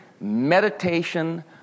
meditation